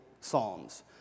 psalms